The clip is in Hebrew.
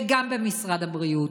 וגם במשרד הבריאות.